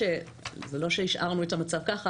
זה לא שהשארנו את המצב כך,